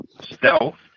Stealth